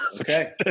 okay